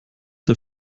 der